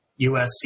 USC